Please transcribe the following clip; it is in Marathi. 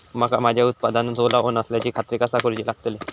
मका माझ्या उत्पादनात ओलावो नसल्याची खात्री कसा करुची लागतली?